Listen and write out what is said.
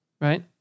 right